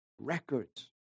records